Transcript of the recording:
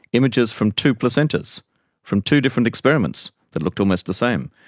images from two placentas from two different experiments that looked almost the same,